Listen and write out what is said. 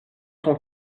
son